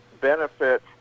benefit